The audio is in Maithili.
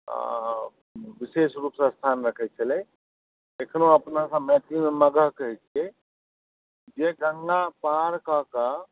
विशेष रूपसँ स्थान रखैत छलै एखनहु अपनासभ मैथिलमे मगह कहैत छियै जे गङ्गा पार कऽ कऽ